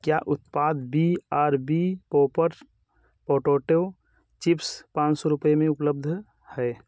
क्या उत्पाद B R B popper potato chips पाँच सौ रुपये में उपलब्ध है